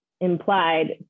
implied